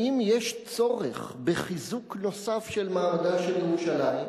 האם יש צורך בחיזוק נוסף של מעמדה של ירושלים.